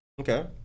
Okay